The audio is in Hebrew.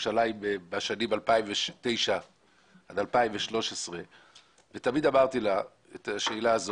ירושלים בשנים 2009 עד 2013 ותמיד שאלתי אותה.